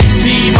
see